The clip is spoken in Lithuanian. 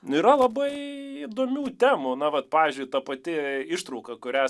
nėra labai įdomių temų na vat pavyzdžiui ta pati ištrauka kurią